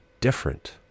different